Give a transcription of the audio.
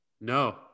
No